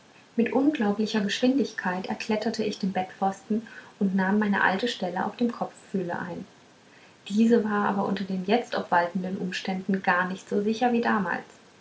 mit unglaublicher geschwindigkeit erkletterte ich den bettpfosten und nahm meine alte stelle auf dem kopfpfühle ein diese war aber unter den jetzt obwaltenden umständen gar nicht so sicher wie damals